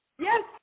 Yes